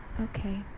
Okay